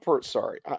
sorry